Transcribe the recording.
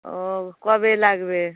ও কবে লাগবে